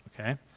okay